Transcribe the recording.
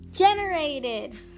Generated